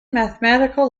mathematical